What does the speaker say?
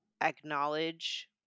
acknowledge